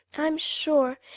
i'm sure,